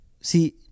see